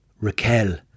Raquel